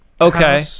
Okay